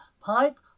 pipe